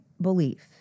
belief